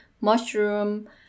mushroom